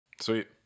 Sweet